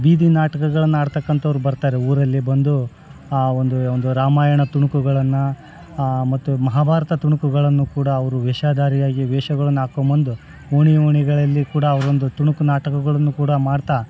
ಬೀದಿ ನಾಟಕಗಳನ್ನು ಆಡ್ತಕ್ಕಂಥವ್ರು ಬರ್ತಾರೆ ಊರಲ್ಲಿ ಬಂದು ಆವೊಂದು ಒಂದು ರಾಮಾಯಣ ತುಣುಕುಗಳನ್ನು ಮತ್ತು ಮಹಾಭಾರತ ತುಣುಕುಗಳನ್ನು ಕೂಡ ಅವರು ವೇಷಧಾರಿಯಾಗಿ ವೇಷಗಳನ್ನ ಹಾಕ್ಕೊಬಂದು ಓಣಿ ಓಣಿಗಳಲ್ಲಿ ಕೂಡ ಅವರೊಂದು ತುಣುಕು ನಾಟಕಗಳನ್ನು ಕೂಡ ಮಾಡ್ತಾ